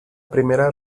primera